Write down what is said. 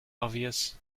obvious